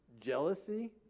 jealousy